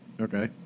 Okay